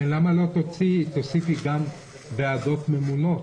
למה לא תוסיפי גם ועדות ממונות.